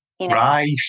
Right